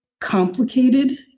complicated